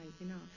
enough